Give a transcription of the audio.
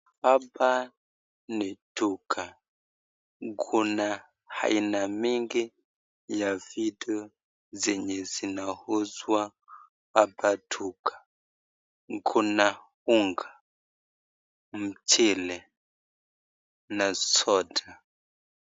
Hapa ni duka, kuna aina mingi ya vitu yenye inauzwa hapa duka, kuna unga, mchele na soda.